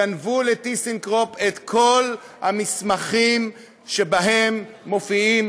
גנבו ל"טיסנקרופ" את כל המסמכים שבהם מופיעים